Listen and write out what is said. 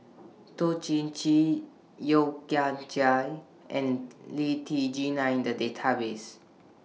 Toh Chin Chye Yeo Kian Chai and Lee Tjin Are in The Database